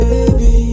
Baby